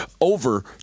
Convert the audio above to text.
over